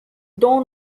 dawn